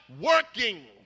Working